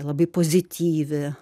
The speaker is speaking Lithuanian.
labai pozityvi